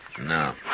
No